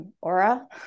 aura